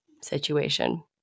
situation